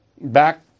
back